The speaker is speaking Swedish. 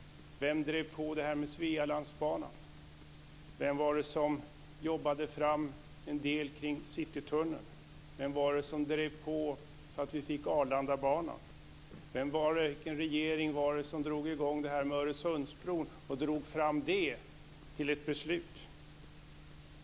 Vem drev på när det gällde Svealandsbanan? Vem var det som jobbade fram en del kring Citytunneln? Vem var det som drev på så att vi fick Arlandabanan? Vilken regering var det som drog i gång det här med Öresundsbron och drog fram det till ett beslut?